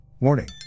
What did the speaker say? WARNING